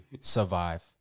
survive